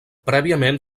prèviament